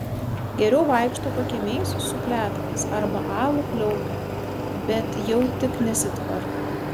geriau vaikšto pakiemiais su pletkais arba alų pliaupia bet jau tik nesitvarko